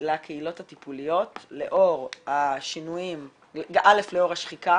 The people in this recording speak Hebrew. לקהילות הטיפוליות א' לאור השחיקה